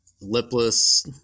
lipless